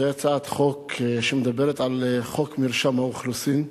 זוהי הצעת חוק שמדברת על חוק מרשם האוכלוסין.